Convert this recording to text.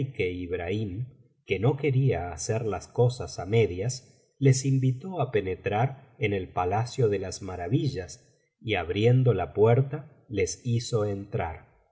ibrahim que no quería hacer las cosas á medias les invitó á penetrar en el palacio de las maravillas y abriendo la puerta les hizo entrar